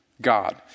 God